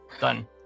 done